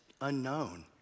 unknown